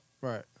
Right